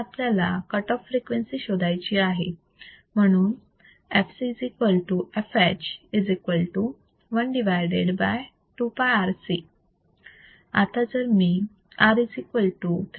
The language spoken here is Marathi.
इथे आपल्याला कट ऑफ फ्रिक्वेन्सी शोधायची आहे म्हणून fcfh12πRC आता जर मी R3